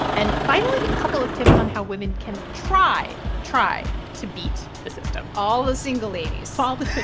and finally, a couple of tips on how women can try try to beat the system all the single ladies all the